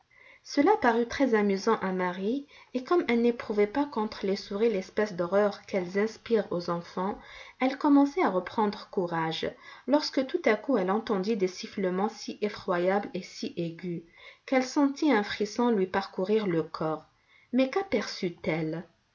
cela parut très-amusant à marie et comme elle n'éprouvait pas contre les souris l'espèce d'horreur qu'elles inspirent aux enfants elle commençait à reprendre courage lorsque tout à coup elle entendit des sifflements si effroyables et si aigus qu'elle sentit un frisson lui parcourir le corps mais quaperçut elle